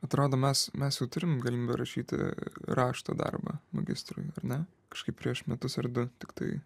atrodo mes mes jau turim galimybę rašyti rašto darbą magistrui ar ne kažkaip prieš metus ar du tiktai